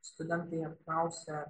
studentai apklausę